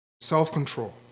self-control